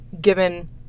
given